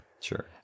Sure